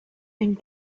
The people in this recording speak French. une